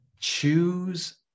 choose